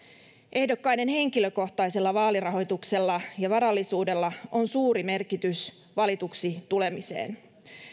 ehdokkaiden henkilökohtaisella vaalirahoituksella ja varallisuudella on suuri merkitys valituksi tulemisessa